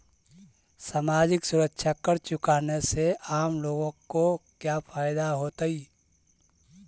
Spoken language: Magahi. सामाजिक सुरक्षा कर चुकाने से आम लोगों को क्या फायदा होतइ